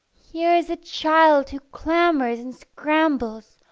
here is a child who clambers and scrambles,